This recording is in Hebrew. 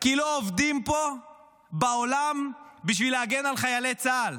כי לא עובדים פה בעולם בשביל להגן על חיילי צה"ל,